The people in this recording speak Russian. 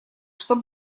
что